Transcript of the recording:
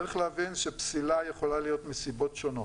צריך להבין שפסילה יכולה להיות מסיבות שונות,